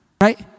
right